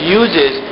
uses